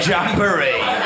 Jamboree